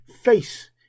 face